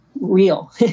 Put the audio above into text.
real